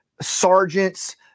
sergeants